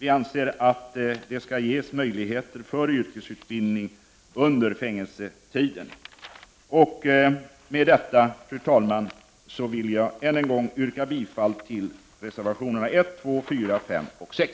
Vi anser att det skall ges möjlighet för yrkesutbildning under fängelsetiden. Med detta, fru talman, vill jag än en gång yrka bifall till reservationerna 1,2,4,5 och 6.